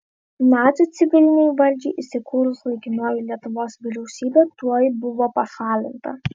nacių civilinei valdžiai įsikūrus laikinoji lietuvos vyriausybė tuoj buvo pašalinta